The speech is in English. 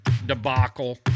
Debacle